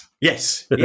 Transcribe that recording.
Yes